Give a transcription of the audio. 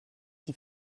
die